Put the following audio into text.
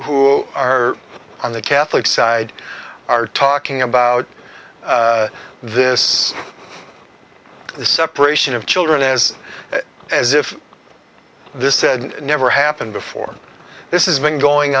who are on the catholic side are talking about this the separation of children is as if this said never happened before this is been going